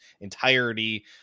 entirety